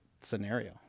scenario